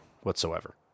whatsoever